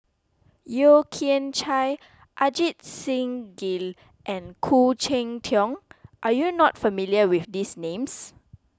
Yeo Kian Chye Ajit Singh Gill and Khoo Cheng Tiong are you not familiar with these names